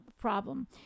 problem